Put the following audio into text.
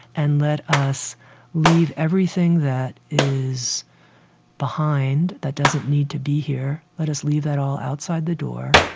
and let us leave everything that is behind that doesn't need to be here let us leave that all outside the door,